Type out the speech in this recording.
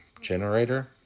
generator